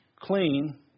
clean